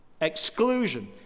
Exclusion